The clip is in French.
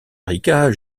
rica